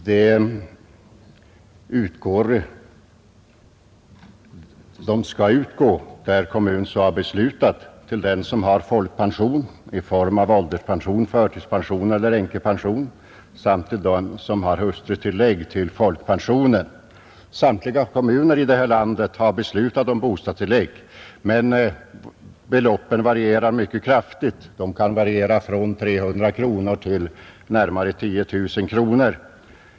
Tilläggen skall, där kommunen så har beslutat, utgå till den som har folkpension i form av ålderspension, förtidspension eller änkepension samt till den som har hustrutillägg till folkpensionen, Samtliga kom muner här i landet har beslutat om bostadstillägg, men beloppen växlar mycket kraftigt; de kan variera från 300 kronor till närmare 10 000 kronor.